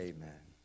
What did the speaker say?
Amen